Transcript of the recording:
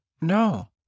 No